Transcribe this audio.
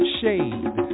shade